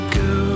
go